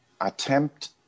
Attempt